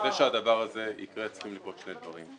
כדי שהדבר הזה יקרה, צריכים לקרות שני דברים.